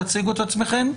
תציגו את עצמכן.